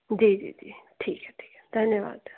जी जी जी ठीक है ठीक है धन्यवाद